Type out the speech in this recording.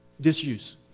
Disuse